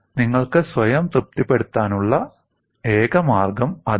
നിങ്ങൾക്ക് സ്വയം തൃപ്തിപ്പെടുത്താനുള്ള ഏക മാർഗ്ഗം അതാണ്